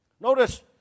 Notice